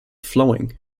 flowing